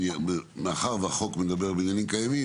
מאחר שהחוק מדבר על בניינים קיימים,